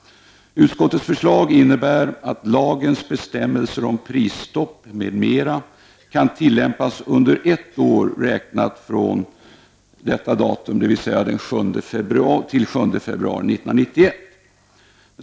Utskottets förslag innebär att lagens bestämmelser om prisstopp m.m. kan tillämpas under ett år räknat från detta datum, dvs. t.o.m. den 7 februari 1991.